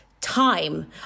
time